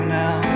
now